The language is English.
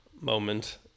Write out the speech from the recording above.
moment